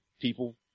people